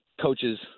coaches